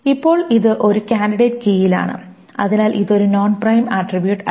ഇപ്പോൾ ഇത് ഒരു കാൻഡിഡേറ്റ് കീയിലാണ് അതിനാൽ ഇത് ഒരു നോൺ പ്രൈം ആട്രിബ്യൂട്ട് അല്ല